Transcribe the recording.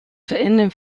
verenden